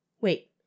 Wait